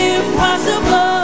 impossible